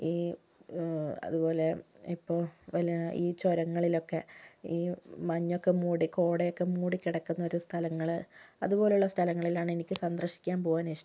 ഈ അതുപോലെ ഇപ്പോൾ പിന്നെ ഈ ചുരങ്ങളിലൊക്കെ ഈ മഞ്ഞൊക്കെ മൂടി കോടയൊക്കെ മൂടി കിടക്കുന്നൊരു സ്ഥലങ്ങള് അതുപോലുള്ള സ്ഥലങ്ങളിലാണ് എനിക്ക് സന്ദർശിക്കാൻ പോവാനിഷ്ടം